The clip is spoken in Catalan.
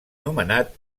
nomenat